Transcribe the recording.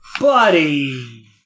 buddy